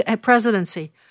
presidency